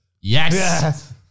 yes